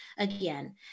again